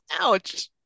Ouch